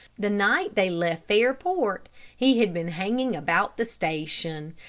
the night they left fairport he had been hanging about the station.